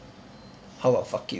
how about fuck you